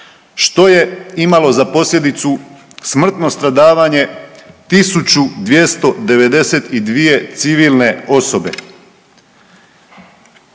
što je imalo za posljedicu smrtno stradavanje 1292 civilne osobe.